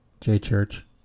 J-Church